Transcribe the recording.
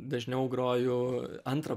dažniau groju antrą